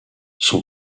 son